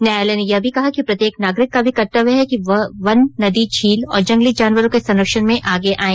न्यायालय ने यह भी कहा कि प्रत्येक नागरिक का भी कर्तव्य है कि वह वन नदी झील और जंगली जनवरों के संरक्षण में आगे आयें